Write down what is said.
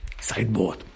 sideboard